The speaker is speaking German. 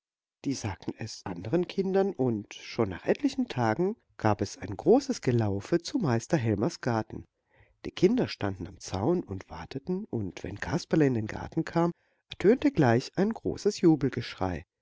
die sagten es andern kindern und schon nach etlichen tagen gab es ein großes gelaufe zu meister helmers garten die kinder standen am zaun und warteten und wenn kasperle in den garten kam ertönte gleich ein großes